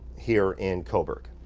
here in coburg.